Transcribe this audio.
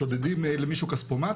שודדים למישהו כספומט